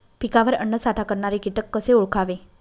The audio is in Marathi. पिकावर अन्नसाठा करणारे किटक कसे ओळखावे?